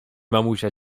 mamusia